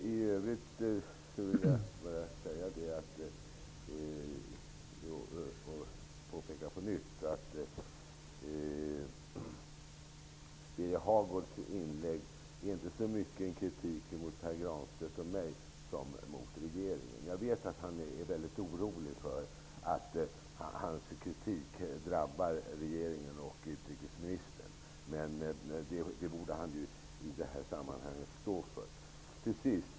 I övrigt vill jag på nytt påpeka att Birger Hagårds inlägg inte så mycket är en kritik mot Pär Granstedt och mig som mot regeringen. Jag vet att Birger Hagård är mycket orolig för att hans kritik drabbar regeringen och utrikesministern. Men det borde han i detta sammanhang stå för.